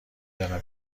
دانم